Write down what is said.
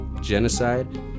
genocide